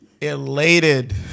elated